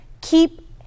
keep